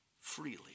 Freely